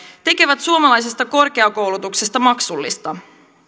tekee suomalaisesta korkeakoulutuksesta maksullista